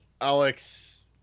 Alex